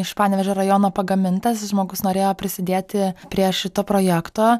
iš panevėžio rajono pagamintas žmogus norėjo prisidėti prie šito projekto